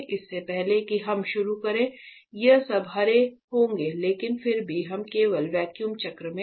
इससे पहले कि हम शुरू करें ये सब हरे होंगे लेकिन फिर भी हम केवल वैक्यूम चक्र में हैं